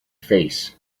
face